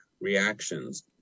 reactions